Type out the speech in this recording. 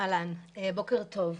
בוקר טוב.